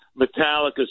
metallica